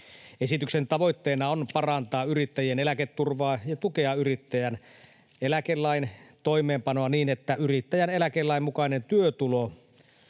Esityksen tavoitteena on parantaa yrittäjien eläketurvaa ja tukea yrittäjän eläkelain toimeenpanoa niin, että yrittäjän eläkelain mukainen työtulo